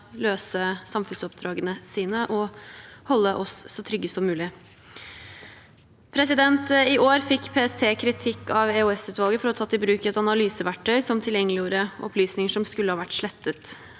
løse samfunnsoppdragene sine og holde oss så trygge som mulig. I år fikk PST kritikk av EOS-utvalget for å ha tatt i bruk et analyseverktøy som tilgjengeliggjorde opplysninger som skulle ha vært slettet.